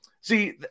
See